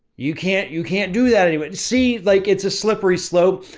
you can't, you can't do that anyway and see like it's a slippery slope.